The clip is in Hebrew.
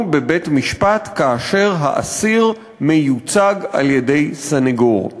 בבית-משפט כאשר האסיר מיוצג על-ידי סנגור.